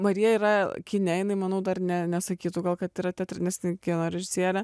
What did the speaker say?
marija yra kine jinai manau dar ne nesakytų kad yra teatre nes jin kino režisierė